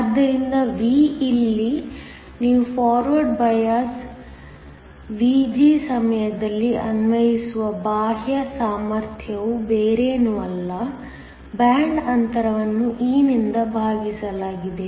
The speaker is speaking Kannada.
ಆದ್ದರಿಂದ V ಇಲ್ಲಿ ನೀವು ಫಾರ್ವರ್ಡ್ ಬಯಾಸ್ Vg ಸಮಯದಲ್ಲಿ ಅನ್ವಯಿಸುವ ಬಾಹ್ಯ ಸಾಮರ್ಥ್ಯವು ಬೇರೇನೂ ಅಲ್ಲ ಬ್ಯಾಂಡ್ ಅಂತರವನ್ನು e ನಿಂದ ಭಾಗಿಸಲಾಗಿದೆ